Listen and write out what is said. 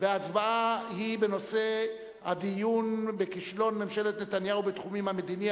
וההצבעה היא בנושא הדיון בכישלון ממשלת נתניהו בתחום המדיני,